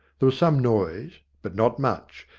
there was some noise, but not much,